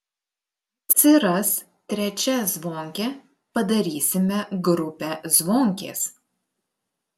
atsiras trečia zvonkė padarysime grupę zvonkės